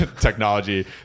Technology